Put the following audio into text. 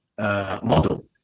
model